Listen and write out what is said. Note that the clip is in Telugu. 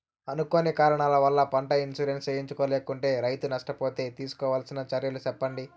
అనుకోని కారణాల వల్ల, పంట ఇన్సూరెన్సు చేయించలేకుంటే, రైతు నష్ట పోతే తీసుకోవాల్సిన చర్యలు సెప్పండి?